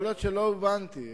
יכול להיות שלא הובנתי,